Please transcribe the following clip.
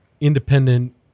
independent